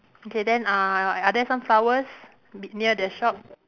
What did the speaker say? okay then uh are there sunflowers b~ near the shop